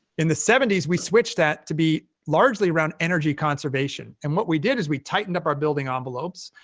in the seventy s, we switched that to be largely around energy conservation, and what we did is we tightened up our building ah envelopes.